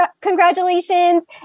congratulations